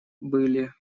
были